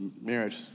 marriage